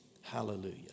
Hallelujah